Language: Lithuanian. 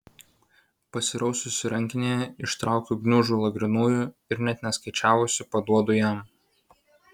pasiraususi rankinėje ištraukiu gniužulą grynųjų ir net neskaičiavusi paduodu jam